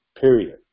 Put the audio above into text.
period